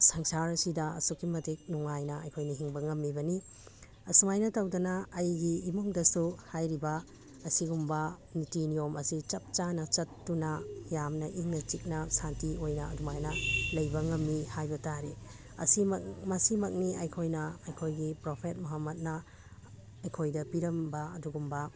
ꯁꯪꯁꯥꯔꯁꯤꯗ ꯑꯁꯨꯛꯀꯤ ꯃꯇꯤꯛ ꯅꯨꯡꯉꯥꯏꯅ ꯑꯩꯈꯣꯏꯅ ꯍꯤꯡꯕ ꯉꯝꯃꯤꯕꯅꯤ ꯑꯁꯨꯃꯥꯏꯅ ꯇꯧꯗꯅ ꯑꯩꯒꯤ ꯏꯃꯨꯡꯗꯁꯨ ꯍꯥꯏꯔꯤꯕ ꯑꯁꯤꯒꯨꯝꯕ ꯅꯤꯇꯤ ꯅꯤꯌꯣꯝ ꯑꯁꯤ ꯆꯞ ꯆꯥꯅ ꯆꯠꯇꯨꯅ ꯌꯥꯝꯅ ꯏꯪꯅ ꯆꯤꯛꯅ ꯁꯥꯟꯇꯤ ꯑꯣꯏꯅ ꯑꯗꯨꯃꯥꯏꯅ ꯂꯩꯕ ꯉꯝꯃꯤ ꯍꯥꯏꯕ ꯇꯥꯔꯦ ꯑꯁꯤꯃꯛ ꯃꯁꯤꯃꯛꯅꯤ ꯑꯩꯈꯣꯏꯅ ꯑꯩꯈꯣꯏꯒꯤ ꯄ꯭ꯔꯣꯐꯦꯠ ꯃꯣꯍꯃꯠꯅ ꯑꯩꯈꯣꯏꯗ ꯄꯤꯔꯝꯕ ꯑꯗꯨꯒꯨꯝꯕ